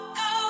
go